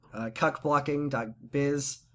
CuckBlocking.Biz